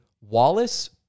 Wallace